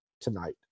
tonight